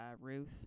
Ruth